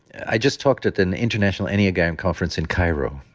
i just talked at an international enneagram conference in cairo.